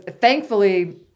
thankfully